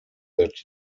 that